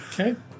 Okay